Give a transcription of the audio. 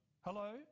hello